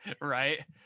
Right